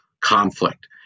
conflict